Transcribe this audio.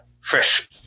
fresh